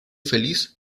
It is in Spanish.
feliz